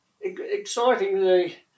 excitingly